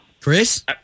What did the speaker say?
Chris